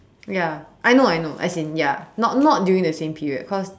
ya I know I know as in ya not not during the same period cause